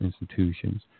institutions